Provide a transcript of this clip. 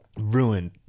ruined